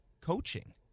coaching